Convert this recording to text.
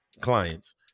clients